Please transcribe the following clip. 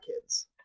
kids